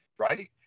right